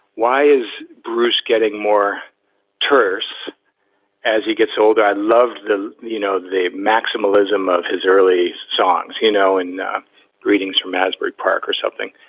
why is bruce getting more terse as he gets older? i loved the, you know, the maximalism of his early songs, you know, and greetings from asbury park or something.